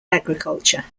agriculture